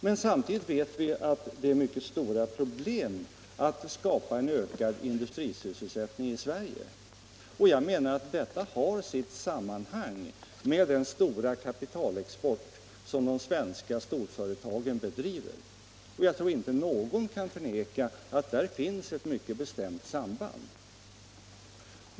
Men samtidigt vet vi att det är mycket stora problem att skapa en ökad industrisysselsättning i Sverige, och jag menar att detta har sitt sammanhang med den stora kapitalexport som de svenska storföretagen bedriver. Ingen kan väl förneka att där finns ett mycket bestämt samband.